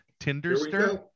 Tinderster